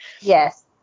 Yes